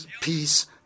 peace